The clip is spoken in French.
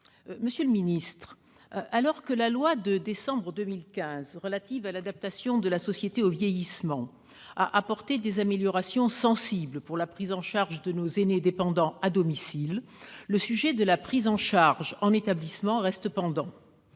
Monsieur le secrétaire d'État, alors que la loi du 28 décembre 2015 relative à l'adaptation de la société au vieillissement a apporté des améliorations sensibles pour la prise en charge de nos aînés dépendants à domicile, le sujet de la prise en charge en établissement reste pendant.